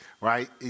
right